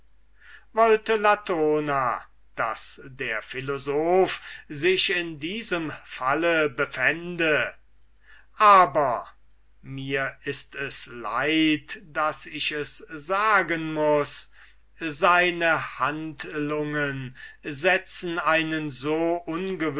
wollte latona daß der philosoph sich in diesem falle befände aber mir ist leid daß ich es sagen muß seine handlungen setzen einen so